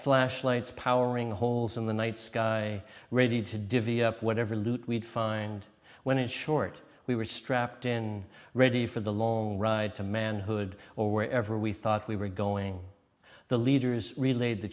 flashlights powering holes in the night sky ready to divvy up whatever loot we'd find when it short we were strapped in ready for the long ride to manhood or wherever we thought we were going the leaders relayed t